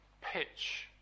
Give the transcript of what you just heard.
pitch